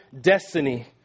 destiny